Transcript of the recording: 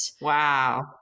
Wow